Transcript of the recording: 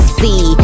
see